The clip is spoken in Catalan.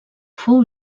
fou